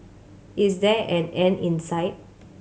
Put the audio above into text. is there an end in sight